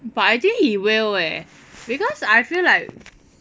but I think he will eh because I feel like